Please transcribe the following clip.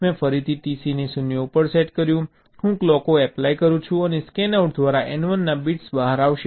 મેં ફરીથી TC ને 0 ઉપર સેટ કર્યું હું ક્લોકો એપ્લાય કરું છું અને સ્કેનઆઉટ દ્વારા N1 ના બિટ્સ બહાર આવશે